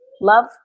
love